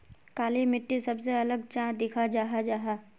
काली मिट्टी सबसे अलग चाँ दिखा जाहा जाहा?